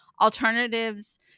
alternatives